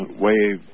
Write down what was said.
wave